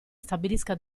stabilisca